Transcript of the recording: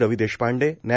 रवी देशपांडे न्या